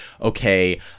okay